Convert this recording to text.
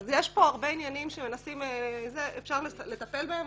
יש פה הרבה עניינים שאפשר לטפל בהם,